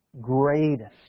greatest